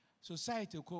society